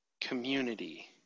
community